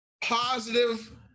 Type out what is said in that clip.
positive